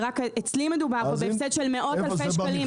ורק אצלי מדובר בהפסד של מאות-אלפי שקלים,